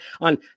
on